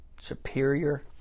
superior